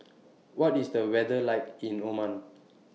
What IS The weather like in Oman